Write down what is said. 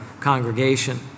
congregation